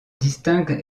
distingue